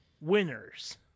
winners